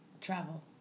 travel